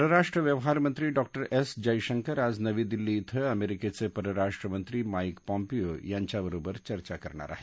परराष्ट्र व्यवहार मंत्री डॉक्टर एस जयशंकर आज नवी दिल्ली क्वे अमेरिकेचे परराष्ट्रमंत्री माईक पॉम्पीओ यांच्याबरोबर चर्चा करणार आहेत